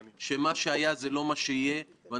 אזי המפקח על הרגולטור,